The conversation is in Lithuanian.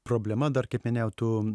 problema dar kaip minėjau tų